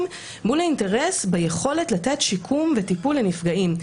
מול האינטרס ביכולת לתת שיקום וטיפול לנפגעים.